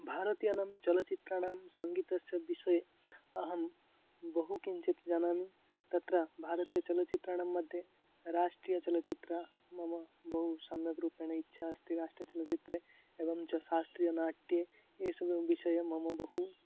भारतीयानां चलचित्राणां सङ्गीतस्य विषये अहं बहु किञ्चित् जानामि तत्र भारतीय चलचित्राणाम्मध्ये राष्ट्रियचलचित्रे मम बहु सम्यक्रूपेण इच्छा अस्ति राष्ट्रचलचित्रे एवं च शास्त्रीयनाट्ये एषु विषये मम बहु